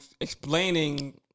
explaining